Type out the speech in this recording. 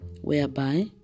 whereby